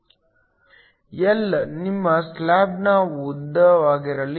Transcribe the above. L ನಿಮ್ಮ ಸ್ಲಾಬ್ನ ಉದ್ದವಾಗಿರಲಿ